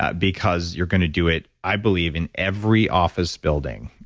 ah because you're going to do it, i believe, in every office building,